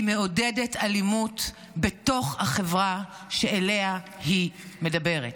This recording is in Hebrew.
היא מעודדת אלימות בתוך החברה שאליה היא מדברת,